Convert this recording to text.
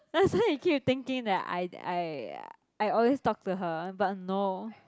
that's why they keep thinking that I I I always talk to her but no